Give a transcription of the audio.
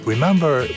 Remember